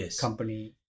company